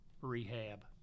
rehab